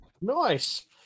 Nice